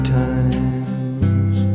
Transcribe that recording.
times